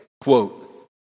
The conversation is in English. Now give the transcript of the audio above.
quote